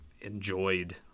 enjoyed